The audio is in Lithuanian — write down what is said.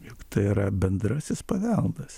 jog tai yra bendrasis paveldas